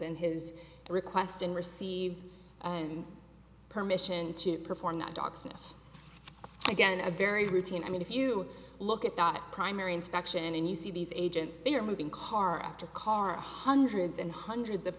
and his request and received and permission to perform the docs and again a very routine i mean if you look at dot primary inspection and you see these agents they are moving car after car hundreds and hundreds of